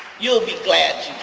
you'll be glad